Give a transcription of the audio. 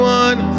one